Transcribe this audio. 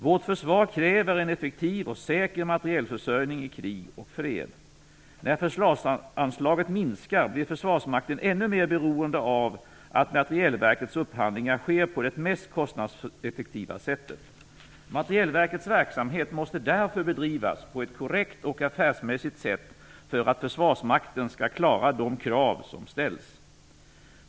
Vårt försvar kräver en effektiv och säker materielförsörjning i krig och fred. När försvarsanslaget minskar blir Försvarsmakten ännu mer beroende av att Materielverkets upphandlingar sker på det mest kostnadseffektiva sättet. Materielverkets verksamhet måste därför bedrivas på ett korrekt och affärsmässigt sätt för att Försvarsmakten skall klara de krav som ställs.